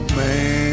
man